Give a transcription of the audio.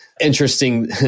Interesting